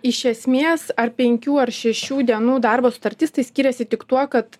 iš esmės ar penkių ar šešių dienų darbo sutartis tai skiriasi tik tuo kad